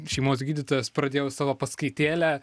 šeimos gydytojas pradėjau savo paskaitėlę